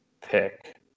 pick